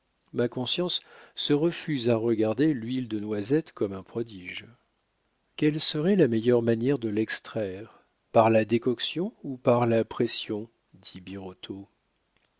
ma conscience se refuse à regarder l'huile de noisette comme un prodige quelle serait la meilleure manière de l'extraire par la décoction ou par la pression dit birotteau